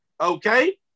Okay